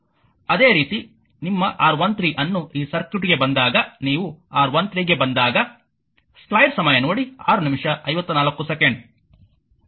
ಅದೇ ರೀತಿ ನಿಮ್ಮ R13 ಅನ್ನು ಈ ಸರ್ಕ್ಯೂಟ್ಗೆ ಬಂದಾಗ ನೀವು R13 ಗೆ ಬಂದಾಗ